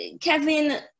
Kevin